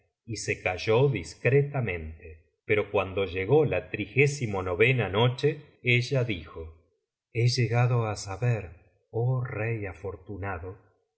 y se calló discretamente pero cuando llegó la a noche ella dijo he llegado á saber oh rey afortunado